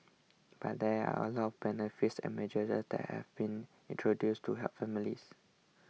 but there are a lot of benefits and measures that have been introduced to help families